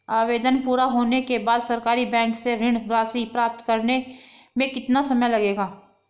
आवेदन पूरा होने के बाद सरकारी बैंक से ऋण राशि प्राप्त करने में कितना समय लगेगा?